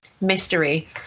mystery